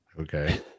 Okay